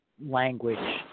language